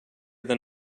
than